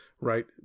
right